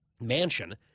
mansion